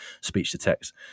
Speech-to-text